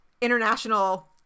international